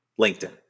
LinkedIn